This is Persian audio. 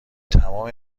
تمام